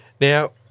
Now